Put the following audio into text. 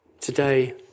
Today